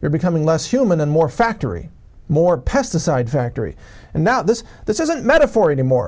you're becoming less human and more factory more pesticide factory and now this this isn't metaphor anymore